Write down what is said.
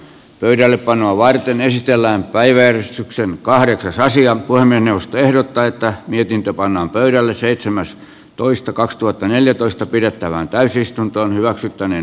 pöydällepanoa varten esitellään päiväjärjestykseen kahdeksasosia voi minusta ehdottaa että mietintö pannaan pöydälle seitsemäs toista kaksituhattaneljätoista pidettävään täysistuntoon hyväksytty ennen